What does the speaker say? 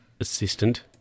assistant